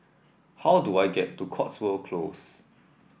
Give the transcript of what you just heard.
how do I get to Cotswold Close